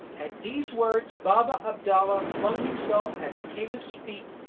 at these words baba-abdalla flung himself at the caliph's feet,